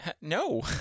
No